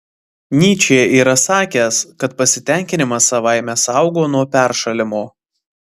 nyčė yra sakęs kad pasitenkinimas savaime saugo nuo peršalimo